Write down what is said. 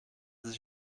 sich